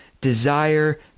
desire